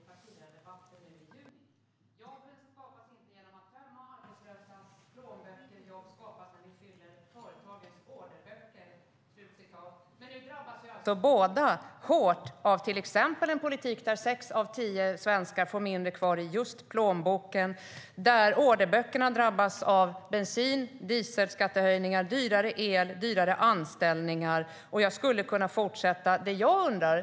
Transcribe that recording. Herr talman! "I grunden är det ganska enkelt", sa Stefan Löfven i denna kammare i partiledardebatten i juni. "Jobb skapas inte genom att tömma arbetslösas plånböcker. Jobb skapas när vi fyller företagens orderböcker." Men nu drabbas ju båda hårt av till exempel en politik där sex av tio svenskar får mindre kvar i plånboken. Orderböckerna drabbas av bensin och dieselskattehöjningar, dyrare el, dyrare anställningar, och jag skulle kunna fortsätta med den uppräkningen.